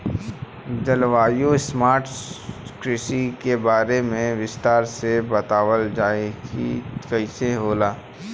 जलवायु स्मार्ट कृषि के बारे में विस्तार से बतावल जाकि कइसे होला?